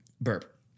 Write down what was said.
burp